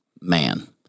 man